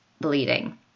bleeding